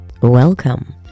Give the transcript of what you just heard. Welcome